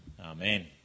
Amen